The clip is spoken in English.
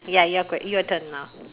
ya you~ your turn now